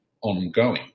ongoing